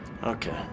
Okay